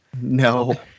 No